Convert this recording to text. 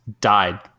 died